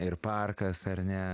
ir parkas ar ne